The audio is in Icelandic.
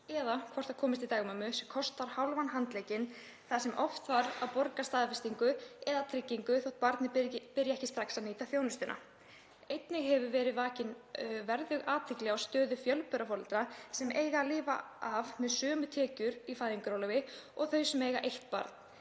eða hvort það komist til dagmömmu sem kostar hálfan handlegginn og oft þarf að borga staðfestingargjald eða tryggingu þótt barnið byrji ekki strax að nýta þjónustuna. Einnig hefur verið vakin verðug athygli á stöðu fjölburaforeldra sem eiga að lifa af með sömu tekjur í fæðingarorlofi og þau sem eiga eitt barn.